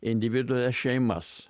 individų šeimas